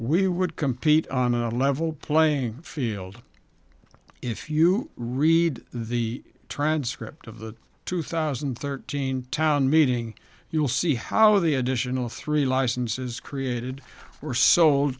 we would compete on a level playing field if you read the transcript of the two thousand and thirteen town meeting you'll see how the additional three licenses created were so